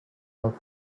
out